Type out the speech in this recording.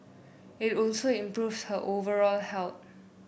it also improves her overall health